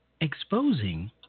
exposing